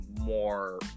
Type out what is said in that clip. more